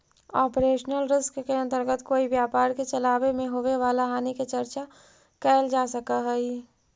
operational risk के अंतर्गत कोई व्यापार के चलावे में होवे वाला हानि के चर्चा कैल जा सकऽ हई